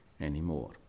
anymore